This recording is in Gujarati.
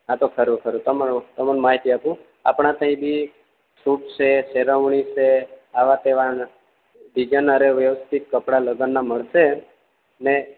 હા તો ખરું ખરું તમાર તમન માહિતી આપું આપડા તયબી સૂટ છે સેરવણી છે આવા તેવા સીજન હારે વ્યવસ્થિત કપડાં લગ્નના મળશે ને